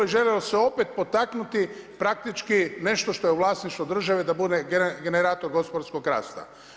I željelo se opet potaknuti praktički nešto što je u vlasništvu države da bude generator gospodarskog rasta.